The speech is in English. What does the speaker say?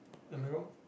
am I wrong